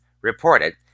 reported